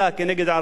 בנושא דיור,